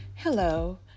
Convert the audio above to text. Hello